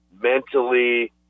mentally